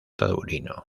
taurino